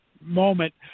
moment